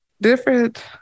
different